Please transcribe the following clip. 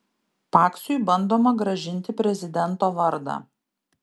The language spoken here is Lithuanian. paksiui bandoma grąžinti prezidento vardą